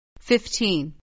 Fifteen